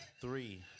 three